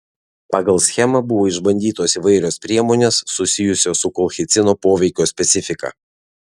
pagal schemą buvo išbandytos įvairios priemonės susijusios su kolchicino poveikio specifika